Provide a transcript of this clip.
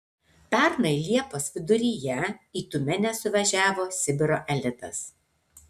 pernai liepos viduryje į tiumenę suvažiavo sibiro elitas